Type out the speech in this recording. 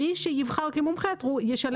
מי שיבחר כמומחה, ישלם.